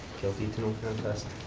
guilty to no contest,